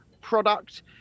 product